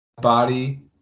body